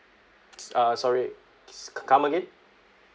uh sorry come again